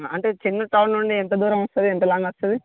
అంటే చెన్నూరు టౌన్ నుండి ఎంత దూరం వస్తుంది ఎంత లాంగ్ వస్తుంది